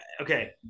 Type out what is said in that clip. okay